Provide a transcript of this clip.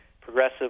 progressive